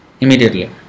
Immediately